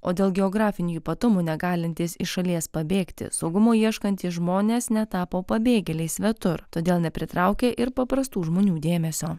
o dėl geografinių ypatumų negalintys iš šalies pabėgti saugumo ieškantys žmonės netapo pabėgėliais svetur todėl nepritraukė ir paprastų žmonių dėmesio